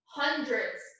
hundreds